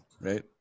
Right